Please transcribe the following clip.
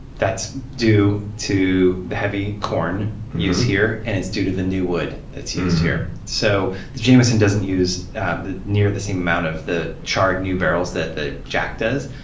that's due to the heavy corn use here. and it's due to the new wood that's used here. so the jamison doesn't use near the same amount of the charred new barrels that the jack does.